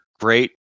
great